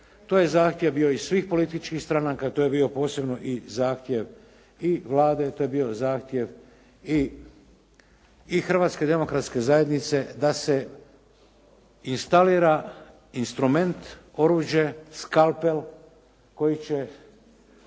to je zahtjev bio i svih političkih stranaka. To je bio posebno i zahtjev i Vlade. To je bio zahtjev i Hrvatske demokratske zajednice da se instalira instrument, oruđe, skalpel koji će